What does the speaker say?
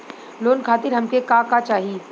Loan खातीर हमके का का चाही?